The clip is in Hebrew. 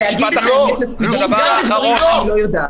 --- שמחייב אותי להגיד את האמת לציבור גם בדברים שאני לא יודעת.